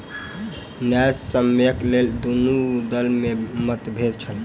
न्यायसम्यक लेल दुनू दल में मतभेद छल